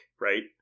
right